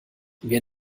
wir